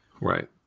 Right